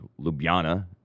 Ljubljana